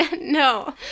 no